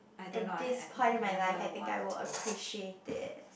at this point in my life I think I will appreciate it